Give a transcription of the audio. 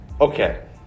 okay